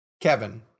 Kevin